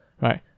right